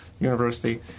university